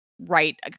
right